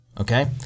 Okay